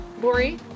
Lori